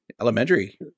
elementary